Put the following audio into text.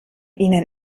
ihnen